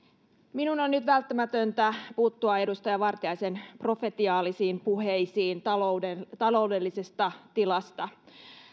minun on nyt välttämätöntä puuttua edustaja vartiaisen profetiaalisiin puheisiin taloudellisesta tilasta